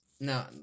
No